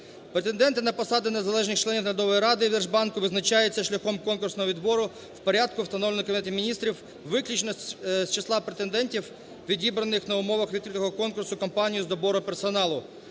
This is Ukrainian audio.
Претенденти на посади незалежних членів наглядової ради держбанку визначаються шляхом конкурсного відбору в порядку, встановленому Кабінетом Міністрів, виключно з числа претендентів, відібраних на умовах відкритого конкурсу компанією з добору персоналу,